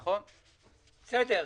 בסדר.